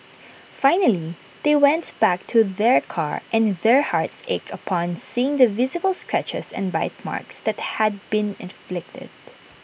finally they went back to their car and their hearts ached upon seeing the visible scratches and bite marks that had been inflicted